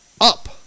up